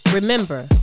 Remember